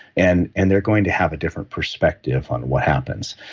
and and they're going to have a different perspective on what happens.